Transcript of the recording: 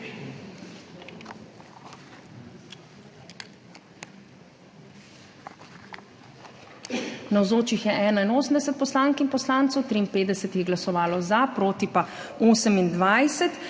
Navzočih je 81 poslank in poslancev, 53 jih je glasovalo za, proti pa 28.